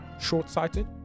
short-sighted